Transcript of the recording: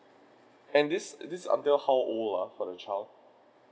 and this this until how old ah for the child